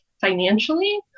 financially